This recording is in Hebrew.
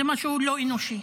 זה משהו לא אנושי.